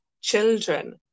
children